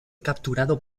capturado